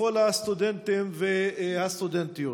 לכל הסטודנטים והסטודנטיות.